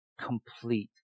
complete